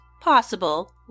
possible